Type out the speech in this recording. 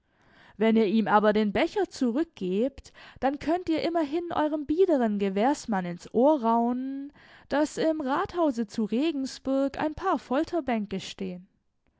wenn ihr ihm aber den becher zurückgebt dann könnt ihr immerhin eurem biederen gewährsmann ins ohr raunen daß im rathause zu regensburg ein paar folterbänke stehen